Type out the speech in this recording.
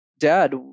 dad